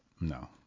no